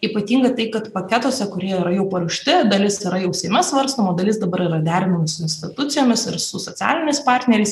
ypatingai tai kad paketuose kurie yra jau paruošti dalis yra jau seime svarstoma dalis dabar yra derinama su institucijomis ir su socialiniais partneriais